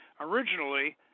originally